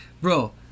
Bro